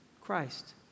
Christ